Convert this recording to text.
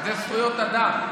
זה זכויות אדם.